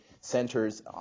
centers